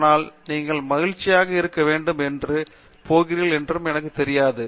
ஆனால் நீங்கள் மகிழ்ச்சியாக இருக்க என்ன செய்ய போகிறீர்கள் என்று எனக்கு தெரியாது